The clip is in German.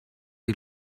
die